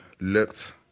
looked